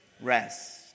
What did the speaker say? Rest